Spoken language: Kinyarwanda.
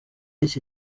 iki